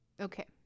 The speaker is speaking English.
Okay